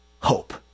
hope